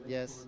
Yes